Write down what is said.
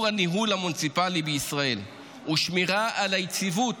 הניהול המוניציפלי בישראל ושמירה על היציבות